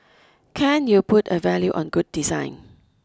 can you put a value on good design